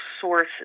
sources